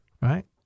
right